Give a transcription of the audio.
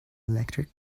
electric